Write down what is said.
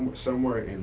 somewhere